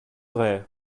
vrai